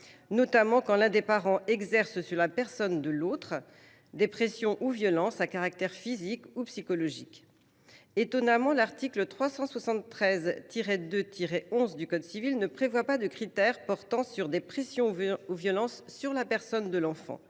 notamment quand l’un des parents exerce sur l’autre des pressions ou des violences à caractère physique ou psychologique. Étonnamment, l’article 373 2 11 du code civil ne prévoit aucun critère ayant trait à des pressions ou des violences sur la personne de l’enfant,